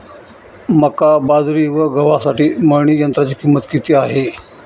मका, बाजरी व गव्हासाठी मळणी यंत्राची किंमत किती आहे?